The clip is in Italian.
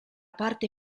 parte